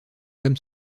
comme